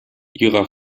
ihrer